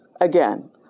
Again